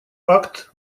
акт